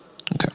Okay